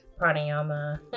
pranayama